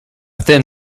thin